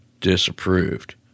disapproved